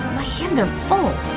my hands are full!